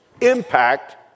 impact